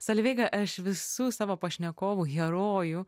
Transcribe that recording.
solveiga aš visų savo pašnekovų herojų